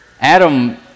Adam